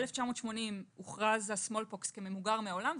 ב-1980 הוכרז ה-smallpox כממוגר מהעולם,